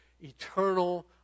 eternal